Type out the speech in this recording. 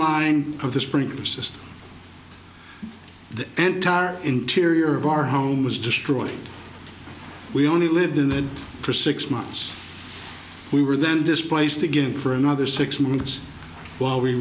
line of the sprinkler system the and interior of our home was destroyed we only lived in that for six months we were then displaced again for another six months while we